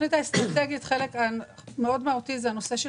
בתוכנית האסטרטגית חלק מאוד מהותי זה הנושא של